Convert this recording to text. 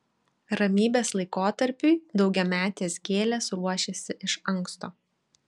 ramybės laikotarpiui daugiametės gėlės ruošiasi iš anksto